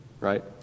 Right